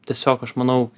tiesiog aš manau